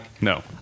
No